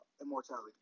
immortality